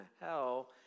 Hell